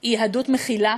היא יהדות מכילה,